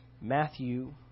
Matthew